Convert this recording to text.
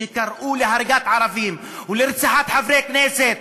כשקראו להריגת ערבים ולרציחת חברי כנסת.